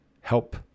help